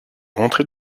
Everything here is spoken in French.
rentré